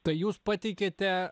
tai jūs pateikėte